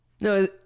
no